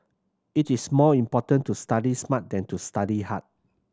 it is more important to study smart than to study hard